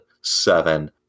seven